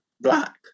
black